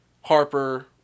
Harper